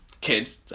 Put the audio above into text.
kids